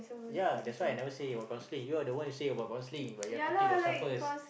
ya that's why I never say about counselling you are the one who say about counselling but you have to teach yourself first